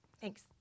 Thanks